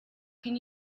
can